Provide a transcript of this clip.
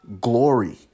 glory